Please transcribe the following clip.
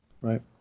right